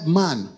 man